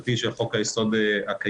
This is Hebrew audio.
החוקתי של חוק היסוד הקיים.